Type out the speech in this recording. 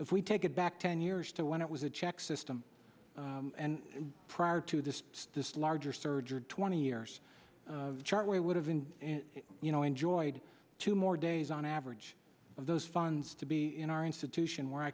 if we take it back ten years to when it was a check system and prior to the still larger surger twenty years chart we would have been you know enjoyed two more days on average of those funds to be in our institution where i